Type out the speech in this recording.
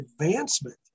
advancement